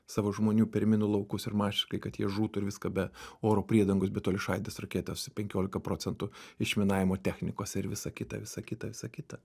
savo žmonių per minų laukus ir masiškai kad jie žūtų ir viską be oro priedangos bet toliašaidės raketos penkiolika procentų išminavimo technikos ir visa kita visa kita visa kita